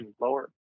lower